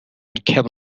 کبر